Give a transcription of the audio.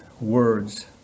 words